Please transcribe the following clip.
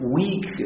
weak